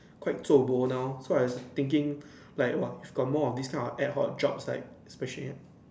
quite zuo bo now so I thinking like what got more of this kind of ad hoc jobs like especially